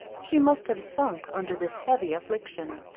she must have sunk under this heavy affliction.